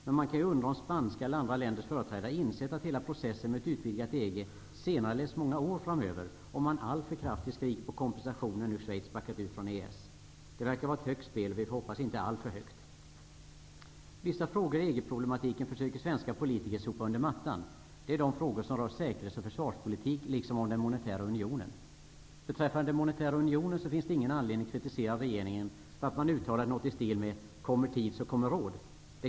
Men man kan ju undra om spanska eller andra länders företrädare insett att hela processen med ett utvidgat EG senareläggs -- det handlar om många år framöver -- om man alltför kraftigt skriker på kompensation när nu Schweiz backat ut från EES. Det verkar vara ett högt spel. Vi får hoppas att det inte är alltför högt. Vissa frågor i EG-problematiken försöker svenska politiker sopa under mattan. Det är de frågor som rör säkerhets och försvarspolitik liksom frågor om den monetära unionen. Beträffande den monetära unionen finns det ingen anledning att kritisera regeringen för att man uttalat något i stil med uttrycket kommer tid, kommer råd.